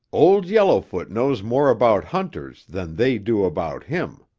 old yellowfoot knows more about hunters than they do about him.